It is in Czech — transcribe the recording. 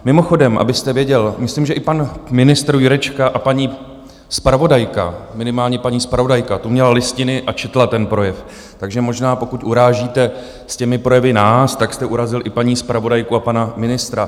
Mimochodem, abyste věděl, myslím, že i pan ministr Jurečka a paní zpravodajka, minimálně paní zpravodajka tu měla listiny a četla ten projev, takže možná pokud urážíte s těmi projevy nás, tak jste urazil i paní zpravodajku a pana ministra.